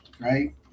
right